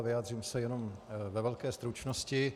Vyjádřím se jenom ve velké stručnosti.